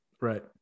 right